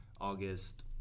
August